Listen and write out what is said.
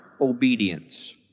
obedience